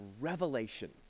revelation